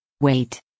Wait